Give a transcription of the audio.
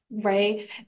right